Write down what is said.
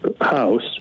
house